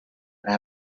how